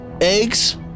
Eggs